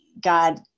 God